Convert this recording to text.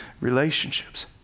relationships